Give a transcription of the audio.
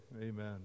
amen